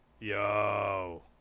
Yo